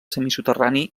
semisoterrani